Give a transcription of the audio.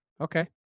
Okay